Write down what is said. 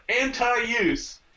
anti-use